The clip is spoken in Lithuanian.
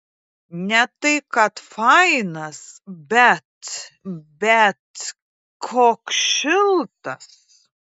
ne tai kad fainas bet bet koks šiltas